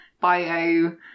bio